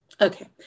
Okay